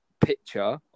picture